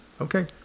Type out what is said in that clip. okay